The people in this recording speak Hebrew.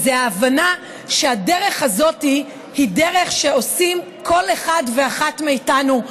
הוא ההבנה שהדרך הזאת היא דרך שעושים כל אחד ואחת מאיתנו,